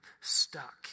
stuck